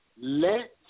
Let